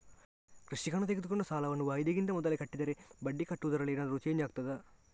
ಕೃಷಿಕನು ತೆಗೆದುಕೊಂಡ ಸಾಲವನ್ನು ವಾಯಿದೆಗಿಂತ ಮೊದಲೇ ಕಟ್ಟಿದರೆ ಬಡ್ಡಿ ಕಟ್ಟುವುದರಲ್ಲಿ ಏನಾದರೂ ಚೇಂಜ್ ಆಗ್ತದಾ?